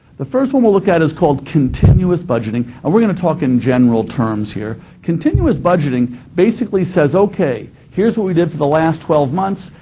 the first one we'll look at is called continuous budgeting, and we're going to talk in general terms here. continuous budgeting basically says, okay, here's what we did for the last twelve months.